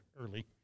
early